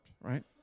right